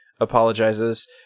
apologizes